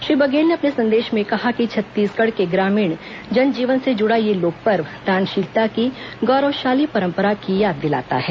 श्री बघेल ने अपने संदेश में कहा है कि छत्तीसगढ़ के ग्रामीण जन जीवन से जुड़ा यह लोकपर्व दानशीलता की गौरवशाली परम्परा की याद दिलाता है